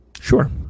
Sure